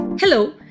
Hello